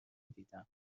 دیدم